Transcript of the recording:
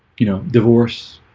you know divorce